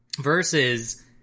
Versus